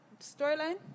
storyline